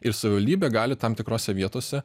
ir savivaldybė gali tam tikrose vietose